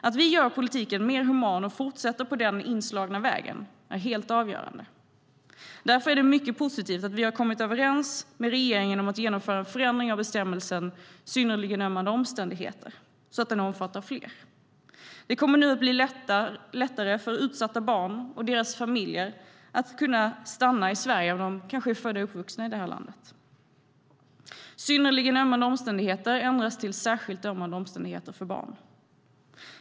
Att vi gör politiken mer human och fortsätter på den inslagna vägen är helt avgörande. Därför är det mycket positivt att vi har kommit överens med regeringen om att genomföra en förändring av bestämmelsen "synnerligen ömmande omständigheter" så att den omfattar fler. Det kommer nu att bli lättare för utsatta barn och deras familjer att få stanna i Sverige om de kanske är födda och uppvuxna i det här landet. "Synnerligen ömmande omständigheter" ändras till "särskilt ömmande omständigheter" för barn.